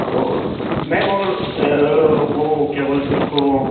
और मेम और वो क्या बोलते उसको